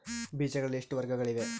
ಬೇಜಗಳಲ್ಲಿ ಎಷ್ಟು ವರ್ಗಗಳಿವೆ?